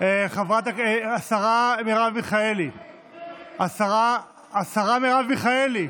השרה מרב מיכאלי, השרה מרב מיכאלי,